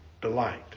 delight